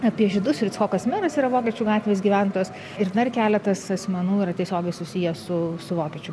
apie žydus ir icchokas miras yra vokiečių gatvės gyventojas ir dar keletas asmenų yra tiesiogiai susiję su su vokiečių